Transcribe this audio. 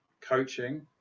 coaching